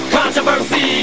controversy